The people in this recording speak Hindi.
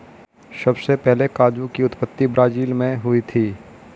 सबसे पहले काजू की उत्पत्ति ब्राज़ील मैं हुई थी